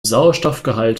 sauerstoffgehalt